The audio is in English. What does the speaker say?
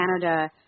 Canada